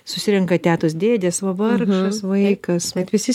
susirenka tetos dėdės va vargšas vaikas bet visi